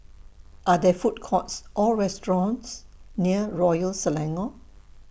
Are There Food Courts Or restaurants near Royal Selangor